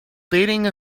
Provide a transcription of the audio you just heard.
dating